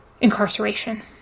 incarceration